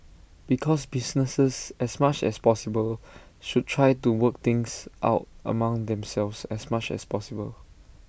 because businesses as much as possible should try to work things out among themselves as much as possible